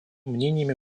мнениями